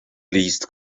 least